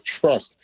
trust